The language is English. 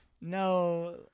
no